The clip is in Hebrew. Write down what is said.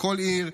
לכל עיר,